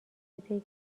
بده